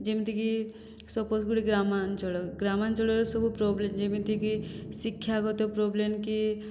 ଯେମିତି କି ସପୋଜ୍ ଗୋଟିଏ ଗ୍ରାମାଞ୍ଚଳ ଗ୍ରାମାଞ୍ଚଳର ସବୁ ପ୍ରବ୍ଲେ ଯେମିତି କି ଶିକ୍ଷାଗତ ପ୍ରୋବ୍ଲେମ୍ କି